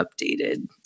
updated